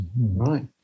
Right